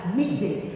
midday